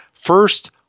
first